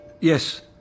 Yes